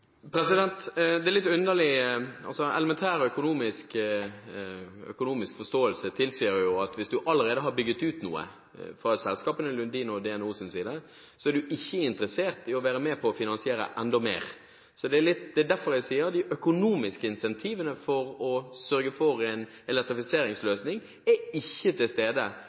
er litt underlig. Elementær økonomisk forståelse tilsier at hvis du allerede har bygd ut noe fra selskapene Lundins og DNOs side, er du ikke interessert i å være med på å finansiere enda mer. Det er derfor jeg sier at de økonomiske incentivene for å sørge for en elektrifiseringsløsning ikke er til stede